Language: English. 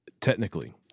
technically